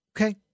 Okay